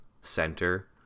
center